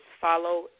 follow